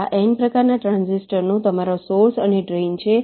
આ N પ્રકારના ટ્રાંઝિસ્ટરનો તમારો સોર્સ અને ડ્રેઇન છે